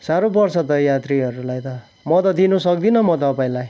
साह्रो पर्छ त यात्रीहरूलाई त म त दिनु सक्दिनँ म तपाईँलाई